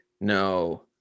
No